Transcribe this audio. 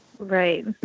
Right